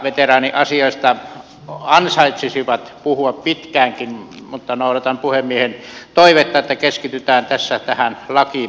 veteraaniasioista ansaitsisi puhua pitkäänkin mutta noudatan puhemiehen toivetta että keskitytään tässä tähän lakiesitykseen